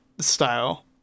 style